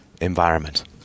environment